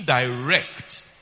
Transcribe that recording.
indirect